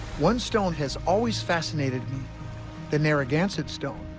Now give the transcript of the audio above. one stone has always fascinated me the narragansett stone,